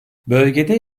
bölgede